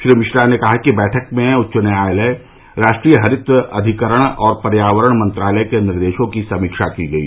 श्री मिश्रा ने कहा कि बैठक में उच्च न्यायालय राष्ट्रीय हरित अधिकरण और पर्यावरण मंत्रालय के निर्देशों की समीक्षा की गई